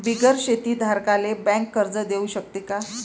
बिगर शेती धारकाले बँक कर्ज देऊ शकते का?